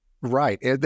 Right